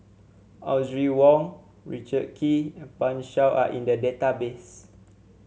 Audrey Wong Richard Kee and Pan Shou are in the database